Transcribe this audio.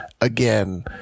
Again